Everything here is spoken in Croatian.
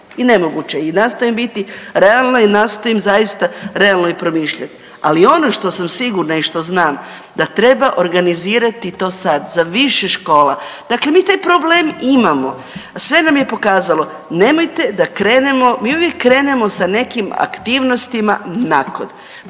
i nemoguće je. I nastojim biti realna i nastojim zaista realno i promišljati. Ali ono što sam sigurna i što znam da treba organizirati i to sada za više škola. Dakle, mi taj problem imamo sve nam je pokazalo. Nemojte da krenemo, mi uvijek krenemo sa nekim aktivnostima nakon.